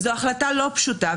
זאת החלטה לא פשוטה,